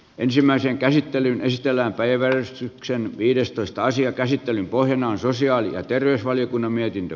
ensimmäisen käsittelyn ystävänpäivän sää ma viidestoista asian käsittelyn pohjana on sosiaali ja terveysvaliokunnan mietintö